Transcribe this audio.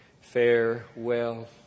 farewell